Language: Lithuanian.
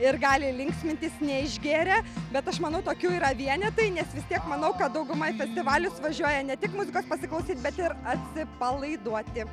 ir gali linksmintis neišgėrę bet aš manau tokių yra vienetai nes vis tiek manau kad dauguma į festivalius važiuoja ne tik muzikos pasiklausyt bet ir atsipalaiduoti